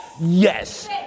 Yes